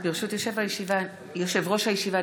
ברשות יושב-ראש הישיבה,